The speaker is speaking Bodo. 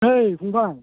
ओइ फंबाइ